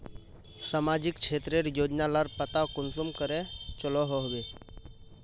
सामाजिक क्षेत्र रेर योजना लार पता कुंसम करे चलो होबे?